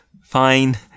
fine